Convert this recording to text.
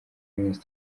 y’iminsi